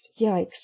yikes